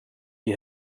die